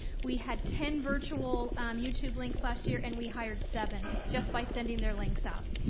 we had ten virtual youtube links last year and we hired seven just by sending their links out,